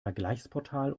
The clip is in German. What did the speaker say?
vergleichsportal